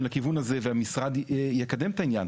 לכיוון הזה והמשרד יקדם את העניין.